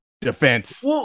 defense